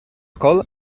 col